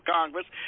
Congress